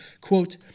quote